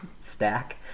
stack